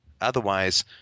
Otherwise